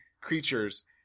creatures